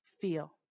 feel